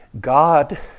God